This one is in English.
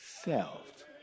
self